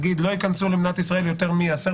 להגיד שלא ייכנסו למדינת ישראל יותר ממספר